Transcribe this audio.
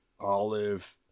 Olive